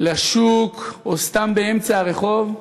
לשוק או סתם לאמצע הרחוב.